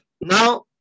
Now